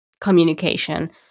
communication